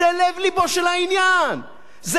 זה כאילו ממשלת ארצות-הברית היתה קוראת,